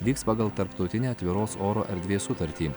vyks pagal tarptautinę atviros oro erdvės sutartį